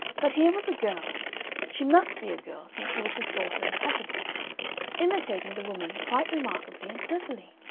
but here was a girl she must be a girl, since she was his daughter and pat-able imitating the woman quite remarkably and cleverly.